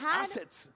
assets